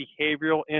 behavioral